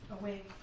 away